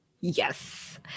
Yes